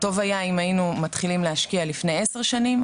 טוב היה אם היינו מתחילים להשקיע לפני עשר שנים,